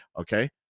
Okay